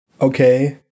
okay